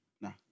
No